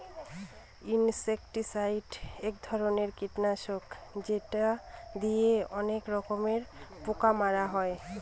insecticide এক ধরনের কীটনাশক যেটা দিয়ে অনেক রকমের পোকা মারা হয়